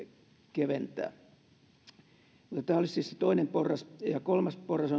keventää tämä olisi siis se toinen porras kolmas porras